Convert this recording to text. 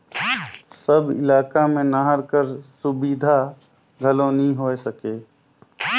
सब इलाका मे नहर कर सुबिधा घलो नी होए सके